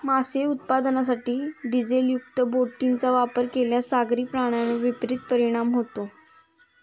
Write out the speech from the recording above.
मासे उत्पादनासाठी डिझेलयुक्त बोटींचा वापर केल्यास सागरी प्राण्यांवर विपरीत परिणाम होतो